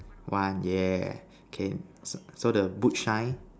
one yeah okay so the boot shine